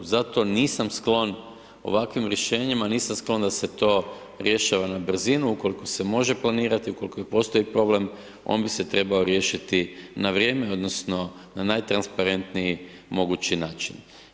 Zato nisam sklon ovakvim rješenjima, nisam sklon da se to rješava na brzinu ukoliko se može planirati, ukoliko i postoji problem, on bi se trebao riješiti da vrijeme odnosno na najtransparentniji mogući način.